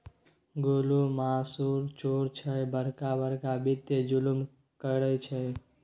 गोलु मासुल चोर छै बड़का बड़का वित्तीय जुलुम करय छै